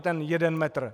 Ten jeden metr?